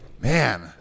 Man